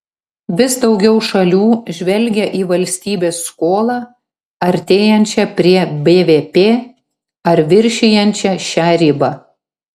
vis daugiau šalių žvelgia į valstybės skolą artėjančią prie bvp ar viršijančią šią ribą